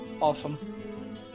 awesome